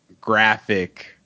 graphic